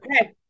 okay